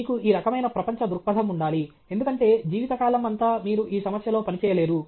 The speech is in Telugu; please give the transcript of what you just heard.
మీకు ఈ రకమైన ప్రపంచ దృక్పథం ఉండాలి ఎందుకంటే జీవితకాలం అంతా మీరు ఈ సమస్యలో పనిచేయలేరు